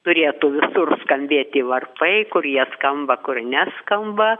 turėtų visur skambėti varpai kur jie skamba kur neskamba